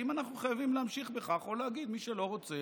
אנחנו חייבים להמשיך בכך או להגיד: מי שלא רוצה,